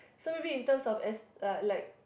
so maybe in terms of as like